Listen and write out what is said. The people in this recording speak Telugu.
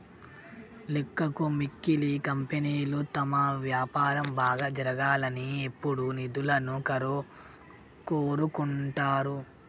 లెక్కకు మిక్కిలి కంపెనీలు తమ వ్యాపారం బాగా జరగాలని ఎప్పుడూ నిధులను కోరుకుంటరు